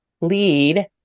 lead